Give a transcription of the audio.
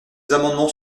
amendements